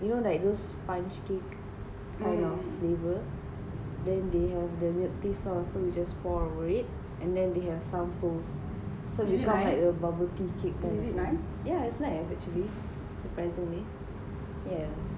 you know like those sponge cake kind of flavor then they have the milk tea sauce also just pour over it and then they have some pearls so become like a bubble tea cake yeah it's nice actually surprisingly yeah